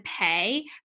pay